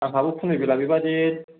आंहाबो खुनुबेला बेबादि